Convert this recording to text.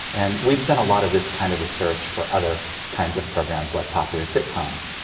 and we've done a lot of this kind of research for other kinds of programs like popular sitcoms.